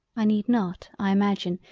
i need not i imagine,